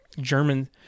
German